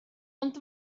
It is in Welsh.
ond